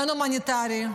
אין הומניטרי.